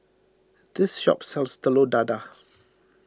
this shop sells Telur Dadah